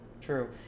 true